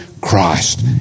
Christ